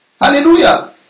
hallelujah